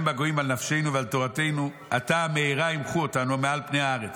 בגויים על נפשנו ועל תורתנו עתה מהרה ימחו אותנו מעל פני הארץ.